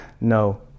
no